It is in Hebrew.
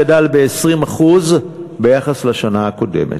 גדל ב-20% ביחס לשנה הקודמת.